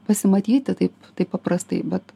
pasimatyti taip taip paprastai bet